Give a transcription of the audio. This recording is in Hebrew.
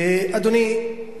אדוני,